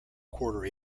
quarter